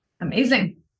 Amazing